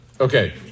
Okay